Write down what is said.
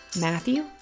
Matthew